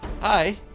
Hi